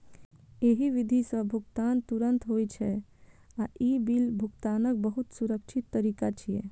एहि विधि सं भुगतान तुरंत होइ छै आ ई बिल भुगतानक बहुत सुरक्षित तरीका छियै